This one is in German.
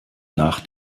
nach